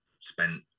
spent